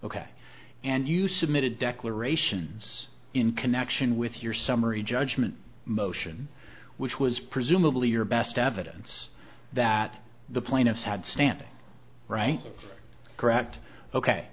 ok and you submitted declarations in connection with your summary judgment motion which was presumably your best evidence that the plaintiff had standing right correct ok